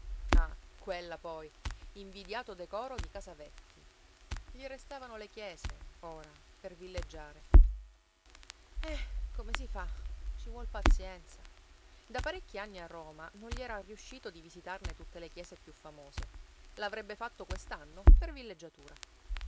quella poi invidiato decoro di casa vetti gli restavano le chiese ora per villeggiare eh come si fa ci vuol pazienza da parecchi anni a roma non gli era ancora riuscito di visitarne tutte le chiese piú famose l'avrebbe fatto quest'anno per villeggiatura